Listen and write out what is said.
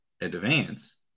advance